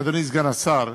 אדוני סגן השר,